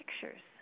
pictures